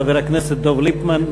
חבר הכנסת דב ליפמן,